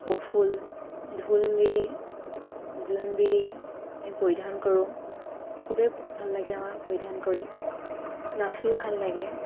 কপৌফুল ঢোলবিৰি জোনবিৰি আমি পৰিধান কৰোঁ খুবেই ভাল লাগে আমাৰ পৰিধান কৰি নাচিও ভাল লাগে